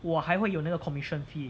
我还会有那个 commission fee